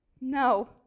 No